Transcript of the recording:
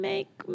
Make